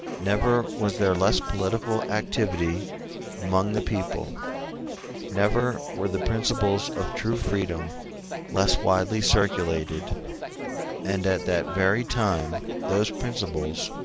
never was there less political activity among the people never were the principles of true freedom less widely circulated and at that very time those principles,